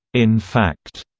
in fact,